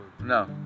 No